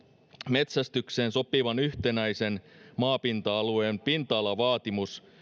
metsästykseen sopivan yhtenäisen maapinta alueen pinta alavaatimus